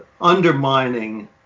undermining